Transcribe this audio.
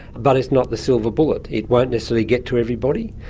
but it's not the silver bullet, it won't necessarily get to everybody.